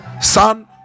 Son